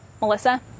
Melissa